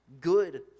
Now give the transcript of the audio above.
good